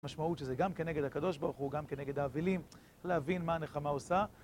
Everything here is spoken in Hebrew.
משמעות שזה גם כנגד הקדוש ברוך הוא גם כנגד האבלים, להבין מה הנחמה עושה